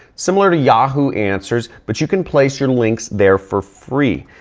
similar to yahoo answers but you can place your links there for free.